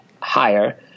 higher